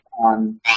on